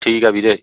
ਠੀਕ ਆ ਵੀਰੇ